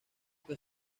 que